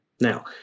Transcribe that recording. Now